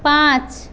পাঁচ